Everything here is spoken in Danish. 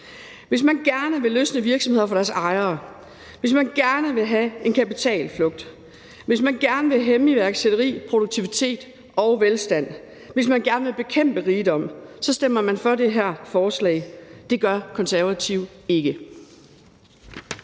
Hvis man gerne vil løsrive virksomheder fra deres ejere, hvis man gerne vil have en kapitalflugt, hvis man gerne vil hæmme iværksætteri, produktivitet og velstand, og hvis man gerne vil bekæmpe rigdom, stemmer man for det her forslag. Det gør Konservative ikke.